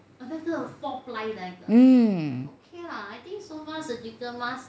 um